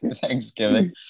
Thanksgiving